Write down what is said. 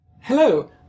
Hello